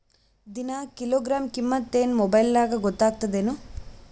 ದಿನಾ ಕಿಲೋಗ್ರಾಂ ಕಿಮ್ಮತ್ ಏನ್ ಮೊಬೈಲ್ ನ್ಯಾಗ ಗೊತ್ತಾಗತ್ತದೇನು?